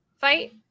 fight